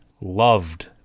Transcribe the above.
loved